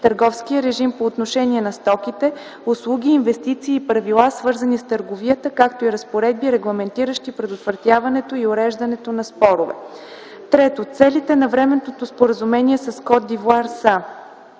търговия режим по отношение на стоките, услуги, инвестиции и правила, свързани с търговията, както и разпоредби, регламентиращи предотвратяването и уреждането на спорове. Трето, целите на временното споразумение с Кот д’Ивоар са: